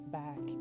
back